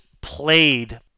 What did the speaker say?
played